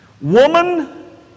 Woman